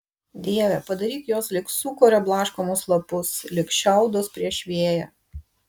dieve padaryk juos lyg sūkurio blaškomus lapus lyg šiaudus prieš vėją